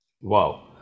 Wow